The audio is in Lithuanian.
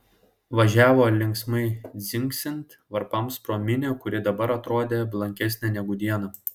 važiavo linksmai dzingsint varpams pro minią kuri dabar atrodė blankesnė negu dieną